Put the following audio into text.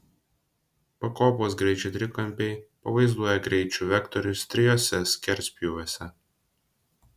pakopos greičių trikampiai pavaizduoja greičių vektorius trijuose skerspjūviuose